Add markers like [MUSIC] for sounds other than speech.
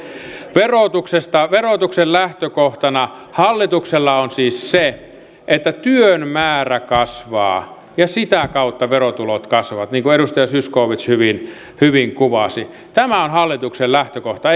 verotuksesta verotuksen lähtökohtana hallituksella on siis se että työn määrä kasvaa ja sitä kautta verotulot kasvavat niin kuin edustaja zyskowicz hyvin hyvin kuvasi tämä on hallituksen lähtökohta [UNINTELLIGIBLE]